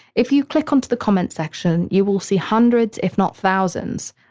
if you click onto the comments section, you will see hundreds, if not thousands,